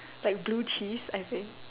like blue cheese I think